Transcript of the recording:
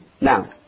now